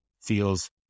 feels